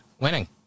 Winning